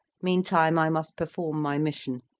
meantime i must perform my mission.